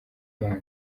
imana